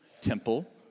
temple